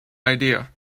idea